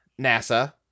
NASA